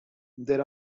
there